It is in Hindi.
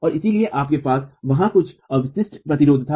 और इसलिए आपके पास वहां कुछ अवशिष्ट प्रतिरोध था